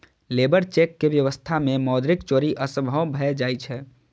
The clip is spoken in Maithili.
लेबर चेक के व्यवस्था मे मौद्रिक चोरी असंभव भए जाइ छै